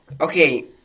okay